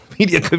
media